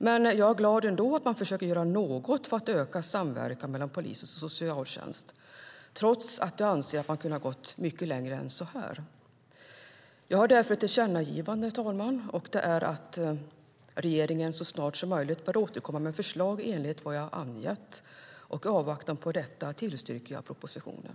Men jag är ändå glad för att man försöker göra något för att öka samverkan mellan polis och socialtjänst, även om jag anser att man hade kunnat gå längre. Jag har därför ett tillkännagivande, och det är att regeringen så snart som möjligt bör återkomma med förslag i enlighet med vad jag angett. I avvaktan på detta yrkar jag bifall till förslaget i propositionen.